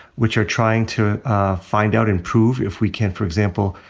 which are trying to find out and prove if we can, for example,